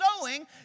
sowing